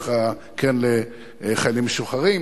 הקרן לחיילים משוחררים